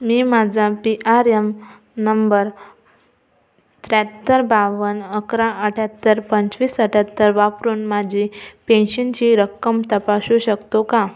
मी माझा P R M number त्र्याहत्तर बावन अकरा अठ्ठ्याहत्तर पंचवीस अठ्ठ्याहत्तर वापरून माझी पेन्शनची रक्कम तपासू शकतो का